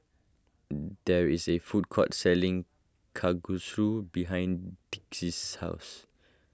there is a food court selling Kalguksu behind Dicy's house